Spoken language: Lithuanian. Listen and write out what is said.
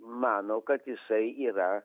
mano kad jisai yra